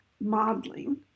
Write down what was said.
modeling